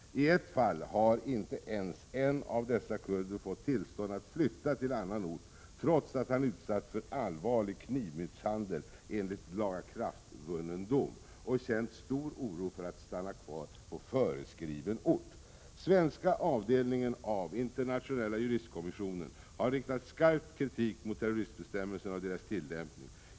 I ett fall har en av dessa kurder inte ens fått tillstånd att flytta till annan ort trots att han utsatts för allvarlig knivmisshandel, enligt lagakraftvunnen dom, och känt stor oro för att stanna kvar på föreskriven ort. Svenska avdelningen av internationella juristkommissionen har riktat skarp kritik mot terroristbestämmelserna och deras tillämpning.